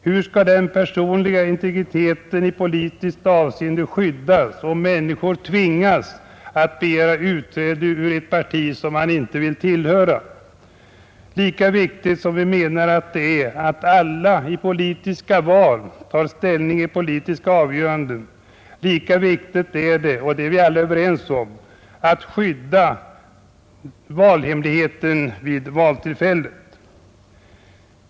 Hur skall den personliga integriteten i politiskt avseende skyddas, om människor tvingas att begära utträde ur ett parti som man inte vill tillhöra? Lika viktigt som vi menar att det är att alla vid politiska val tar ställning i politiska avgöranden, lika viktigt är det — och det är vi alla överens om — att skydda valhemligheten vid valtillfället.